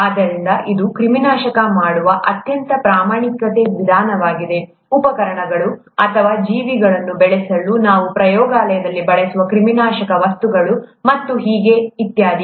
ಆದ್ದರಿಂದ ಇದು ಕ್ರಿಮಿನಾಶಕ ಮಾಡುವ ಅತ್ಯಂತ ಪ್ರಮಾಣಿತ ವಿಧಾನವಾಗಿದೆ ಉಪಕರಣಗಳು ಅಥವಾ ಜೀವಿಗಳನ್ನು ಬೆಳೆಸಲು ನಾವು ಪ್ರಯೋಗಾಲಯದಲ್ಲಿ ಬಳಸುವ ಕ್ರಿಮಿನಾಶಕ ವಸ್ತುಗಳು ಮತ್ತು ಹೀಗೆ ಇತ್ಯಾದಿ